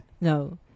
No